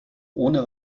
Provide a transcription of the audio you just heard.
ohne